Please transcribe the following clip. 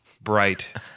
Bright